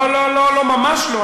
לא, לא, ממש לא.